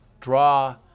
draw